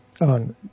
on